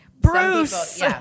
bruce